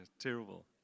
Terrible